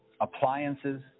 appliances